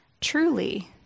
Truly